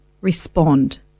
respond